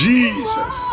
Jesus